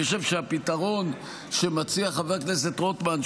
אני חושב שהפתרון שמציעה חבר הכנסת רוטמן,